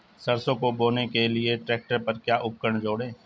सरसों को बोने के लिये ट्रैक्टर पर क्या उपकरण जोड़ें?